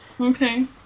Okay